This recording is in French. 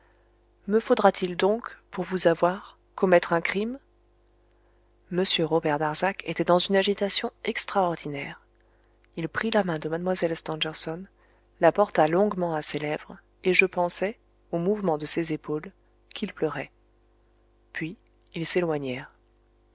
me faudra-t-il donc pour vous avoir commettre un crime m robert darzac était dans une agitation extraordinaire il prit la main de mlle stangerson la porta longuement à ses lèvres et je pensai au mouvement de ses épaules qu'il pleurait puis ils s'éloignèrent